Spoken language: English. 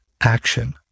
action